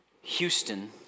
Houston